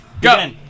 Go